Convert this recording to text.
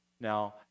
now